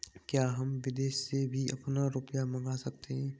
क्या हम विदेश से भी अपना रुपया मंगा सकते हैं?